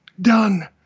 Done